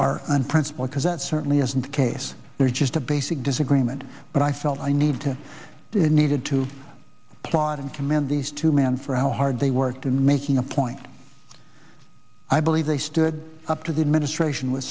are unprincipled because that certainly isn't the case there just a basic disagreement but i felt i needed to they needed to applaud and commend these two men for how hard they worked in making a point i believe they stood up to the administration w